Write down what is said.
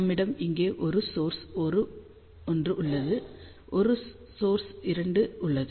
நம்மிடம் இங்கே ஒரு சோர்ஸ் 1 உள்ளது மற்றும் ஒரு சோர்ஸ் 2 உள்ளது